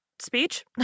speech